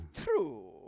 true